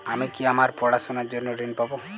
আমি কি আমার পড়াশোনার জন্য ঋণ পাব?